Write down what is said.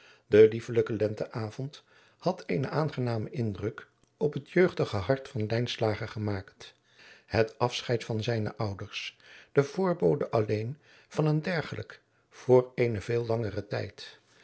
de liefelijke lenteavond had eenen aangenamen indruk op het jeugdige hart van lijnslager gemaakt het afscheid van zijne ouders de voorbode alleen van een dergelijk voor eenen veel langeren tijd